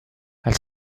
elle